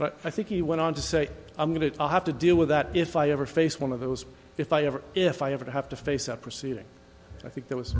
but i think he went on to say i'm going to have to deal with that if i ever face one of those if i ever if i ever have to face a proceeding i think that was